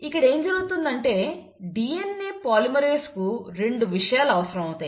ఇక్కడ ఏం జరుగుతుందంటే DNA పాలిమరేస్ కు రెండు విషయాలు అవసరమవుతాయి